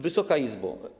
Wysoka Izbo!